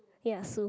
ya sue